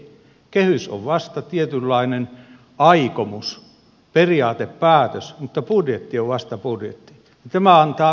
kehys on vasta tietynlainen aikomus periaatepäätös mutta budjetti on vasta budjetti ja tämä antaa väärän kuvan